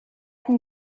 can